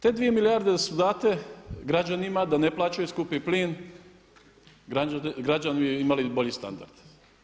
Te dvije milijarde da date građanima da ne plaćaju skupi plin građani bi imali bolji standard.